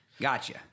Gotcha